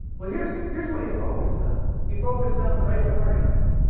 well here's here's what he focused on, he focused on the right to organize,